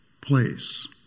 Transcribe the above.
place